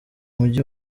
mujyi